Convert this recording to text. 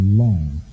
long